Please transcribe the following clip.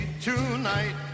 tonight